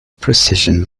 precision